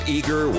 Eager